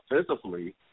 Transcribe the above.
offensively